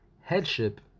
headship